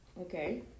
Okay